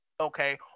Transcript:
okay